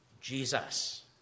Jesus